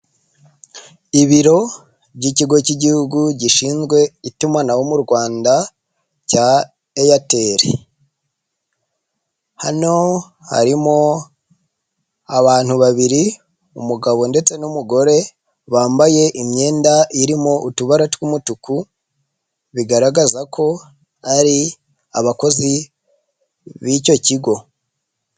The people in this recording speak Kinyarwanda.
Ibiro by'ikigo cy'igihugu gishinzwe itumanaho mu Rwanda, cya Eyateri. Hano harimo abantu babiri umugabo ndetse n'umugore, bambaye imyenda irimo utubara tw'umutuku, bigaragaza ko ari abakozi b'icyo kigo.